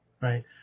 right